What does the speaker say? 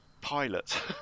pilot